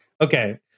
okay